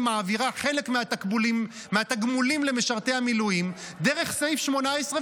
היא מעבירה חלק מהתגמולים למשרתי המילואים דרך סעיף 18,